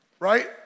Right